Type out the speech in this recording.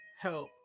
help